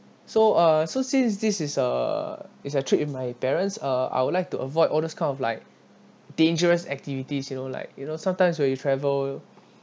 so uh so since this is a it's a trip with my parents uh I would like to avoid all those kind of like dangerous activities you know like you know sometimes when you travel